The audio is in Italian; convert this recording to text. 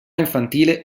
infantile